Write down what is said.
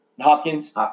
Hopkins